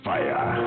Fire